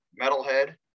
metalhead